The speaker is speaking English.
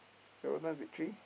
Melbourne-Victory